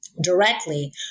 directly